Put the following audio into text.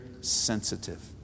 sensitive